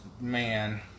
man